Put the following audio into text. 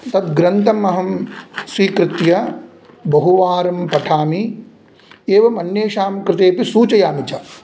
तद्ग्रन्थम् अहं स्वीकृत्य बहुवारं पठामि एवम् अन्येषां कृते अपि सूचयामि च